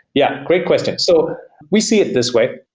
yeah. great question. so we see it this way.